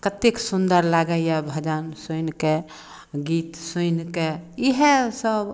कतेक सुन्दर लागैए भजन सुनि कऽ गीत सुनि कऽ इएहसभ